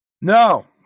No